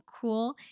cool